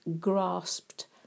grasped